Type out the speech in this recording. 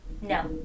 No